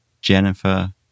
Jennifer